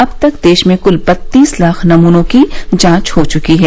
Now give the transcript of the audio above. अब तक देश में कुल बत्तीस लाख नमूनों की जांच हो चूकी है